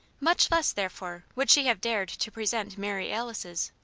much less, therefore, would she have dared to present mary alice's.